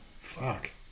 Fuck